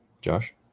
josh